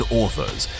authors